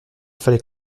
fallait